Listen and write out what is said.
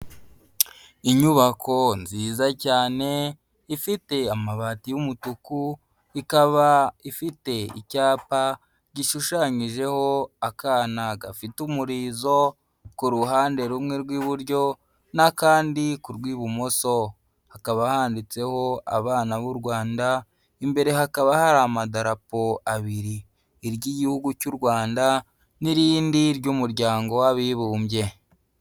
Inyubako nziza cyane ifite amabati y'umutuku, ikaba ifite icyapa gishushanyijeho akana gafite umurizo ku ruhande rumwe rw'iburyo n'akandi ku rw'ibumoso, hakaba handitseho abana b'u Rwanda, imbere hakaba hari amadarapo abiri, iry'igihugu cy'u Rwanda n'irindi ry'Umuryango w'Abibumbye.